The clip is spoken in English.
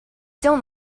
still